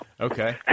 Okay